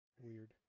Weird